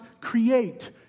create